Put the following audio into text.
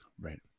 Right